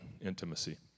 intimacy